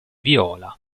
viola